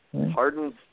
Harden's